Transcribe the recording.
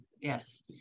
yes